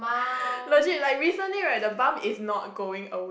legit like recently right the bump is not going away